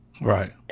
Right